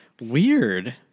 Weird